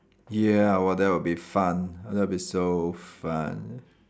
ya !wah! that will be fun that will be so fun